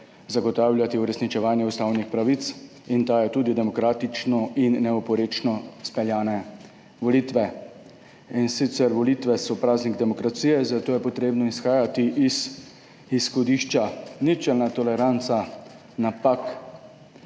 zagotavljati uresničevanje ustavnih pravic. In ta je tudi demokratično in neoporečno speljane volitve. In sicer volitve so praznik demokracije, zato je potrebno izhajati iz izhodišča ničelna toleranca napak.